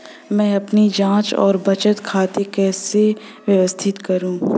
मैं अपनी जांच और बचत खाते कैसे व्यवस्थित करूँ?